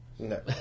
No